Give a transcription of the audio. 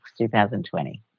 2020